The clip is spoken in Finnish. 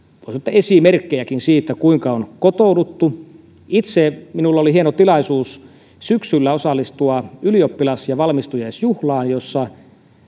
esimerkkejäkin siitä kuinka on kotouduttu minulla itselläni oli hieno tilaisuus syksyllä osallistua ylioppilas ja valmistujaisjuhlaan jossa